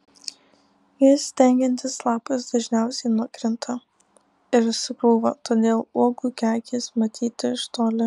jas dengiantis lapas dažniausiai nukrinta ir supūva todėl uogų kekės matyti iš toli